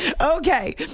Okay